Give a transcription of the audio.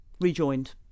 rejoined